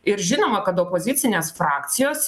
ir žinoma kad opozicinės frakcijos